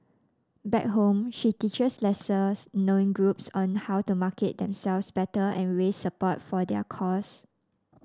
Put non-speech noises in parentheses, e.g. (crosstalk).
back home she teaches lesser (unintelligible) known groups on how to market themselves better and raise support for their cause